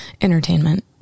entertainment